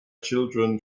children